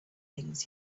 things